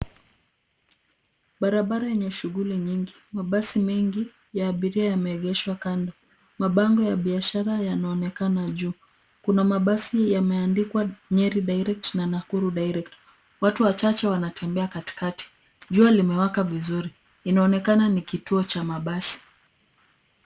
Barabara yenye shughuli nyingi. Mabasi mengi ya abiria yameegeshwa kando. Mabango ya biashara yanaonekana juu. Kuna mabasi yameandikwa Nyeri Direct na Nakuru Direct . Watu wachache wanatembea katikati. Jua limewaka vizuri. Inaonekana ni kituo cha mabasi.